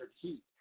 heat